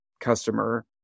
customer